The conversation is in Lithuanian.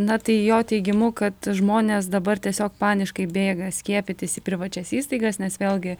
na tai jo teigimu kad žmonės dabar tiesiog paniškai bėga skiepytis į privačias įstaigas nes vėlgi